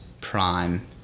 Prime